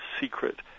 secret